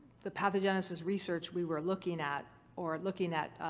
the pathogenesis research we were looking at or looking at